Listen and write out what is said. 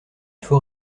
faut